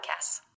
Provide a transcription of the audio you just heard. podcasts